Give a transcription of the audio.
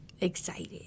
excited